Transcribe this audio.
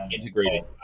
integrating